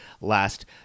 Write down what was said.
last